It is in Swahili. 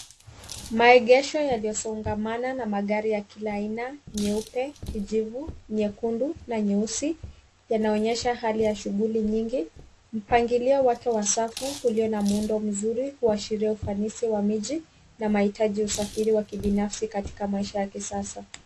Maegesho yaliyosongamana na magari ya kila aina, nyeupe, kijivu, nyekundu na nyeusi. Yanaonyesha hali ya shughuli nyingi. Mpangilio wake wa safu ulio na muundo mzuri huashiria ufanisi wa miji na mahitaji ya usafiri wa kibinafasi katika maisha ya kisasa.